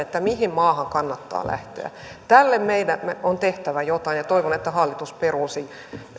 mihin maahan kannattaa lähteä tälle meidän on tehtävä jotain ja toivon että hallitus peruisi